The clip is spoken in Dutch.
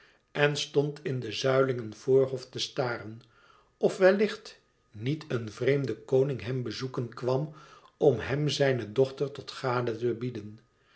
en stond in den zuiligen voorhof te staren of wellicht niet een vreemde koning hem bezoeken kwam om hem zijne dochter tot gade te bieden